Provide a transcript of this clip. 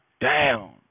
down